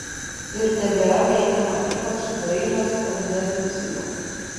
ir tebėra veikiama ypač dailės tendencijų